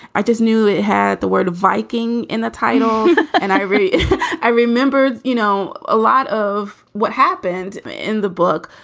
i just knew it had the word viking in the title and i really i remember, you know, a lot of what happened in the book.